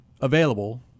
available